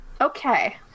Okay